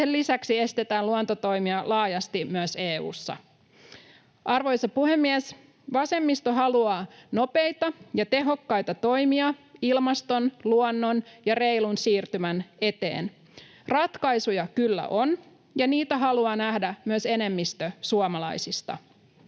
sen lisäksi estetään luontotoimia laajasti myös EU:ssa. Arvoisa puhemies! Vasemmisto haluaa nopeita ja tehokkaita toimia ilmaston, luonnon ja reilun siirtymän eteen. Ratkaisuja kyllä on, ja niitä haluaa nähdä myös enemmistö suomalaisista.